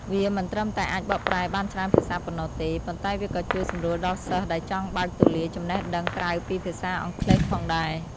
វាមិនត្រឹមតែអាចបកប្រែបានច្រើនភាសាប៉ុណ្ណោះទេ ប៉ុន្តែវាក៏ជួយសម្រួលដល់សិស្សដែលចង់បើកទូលាយចំណេះដឹងក្រៅពីភាសាអង់គ្លេសផងដែរ។